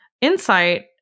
insight